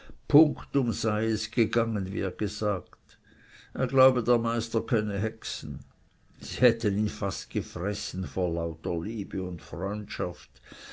punktum sei es gegangen wie er gesagt er glaube der meister könne hexen sie hatten ihn fast gefressen vor lauter liebe und freundschaft